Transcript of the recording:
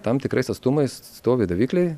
tam tikrais atstumais stovi davikliai